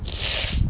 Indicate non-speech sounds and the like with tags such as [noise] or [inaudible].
[breath]